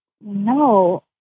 No